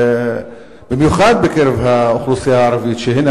במיוחד בקרב האוכלוסייה הערבית: הנה,